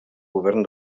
govern